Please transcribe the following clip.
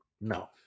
No